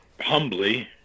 humbly